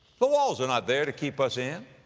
the walls are not there to keep us in,